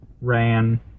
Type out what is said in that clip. ran